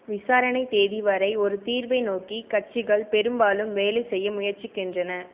விசாரணைத் தேதி வரை ஒரு தீர்வை நோக்கி கட்சிகள் பெரும்பாலும் வேலை செய்ய முயற்சிக்கின்றன